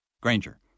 Granger